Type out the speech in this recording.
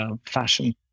fashion